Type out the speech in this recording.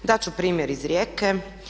Dat ću primjer iz Rijeke.